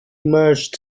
merged